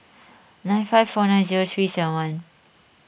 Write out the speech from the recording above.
nine five four nine zero three seven